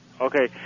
Okay